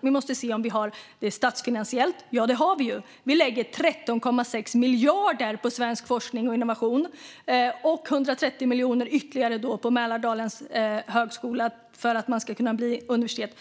vi måste se om vi har utrymme för det statsfinansiellt. Och det har vi. Vi lägger 13,6 miljarder på svensk forskning och innovation och ytterligare 130 miljoner på att Mälardalens högskola ska bli universitet.